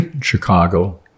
Chicago